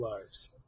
lives